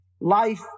life –